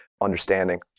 understanding